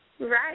Right